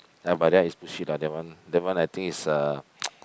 but that is bullshit lah that one that one I think is uh